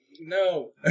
No